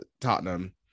Tottenham